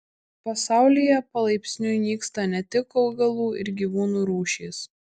pasaulyje palaipsniui nyksta ne tik augalų ir gyvūnų rūšys